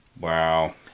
Wow